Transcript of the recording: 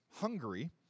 Hungary